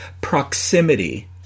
proximity